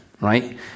right